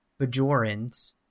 Bajorans